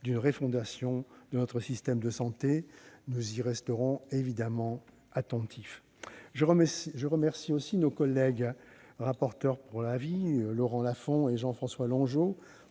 d'une refondation de notre système de santé. Nous y resterons évidemment attentifs. Je remercie nos collègues rapporteurs pour avis, Laurent Lafon et Jean-François Longeot,